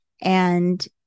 And-